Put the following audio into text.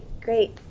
great